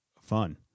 fun